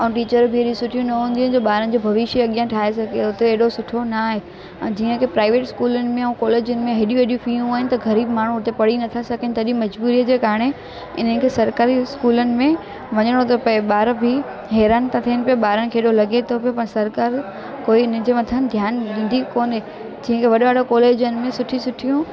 ऐं टीचर बि अहिड़ी सुठियूं न हूंदियूं आहिनि जो ॿारनि जो भविष्य अॻियां ठाहे सघे उते एॾो सुठो न आहे ऐं जीअं कि प्राइवेट स्कूलनि में ऐं कॉलेजुनि में हेॾियूं हेॾियूं फ़ियूं आहिनि त ग़रीब माण्हू उते पढ़ी नथां सघनि तॾहिं मजबूरीअ जे कारणु इन खे सरकारी स्कूलनि में वञिणो थो पए ॿार बि हैरान था थियनि पिया ॿारनि खे एॾो लॻे थो पियो पर सरकार कोई इन जे मथां ध्यानु ॾींदी कोन्हे जीअं वॾा वॾा कॉलेजनि में सुठियूं सुठियूं